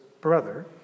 brother